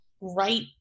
right